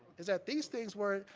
is that these things weren't,